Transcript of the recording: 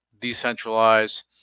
decentralized